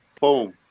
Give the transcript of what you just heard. Boom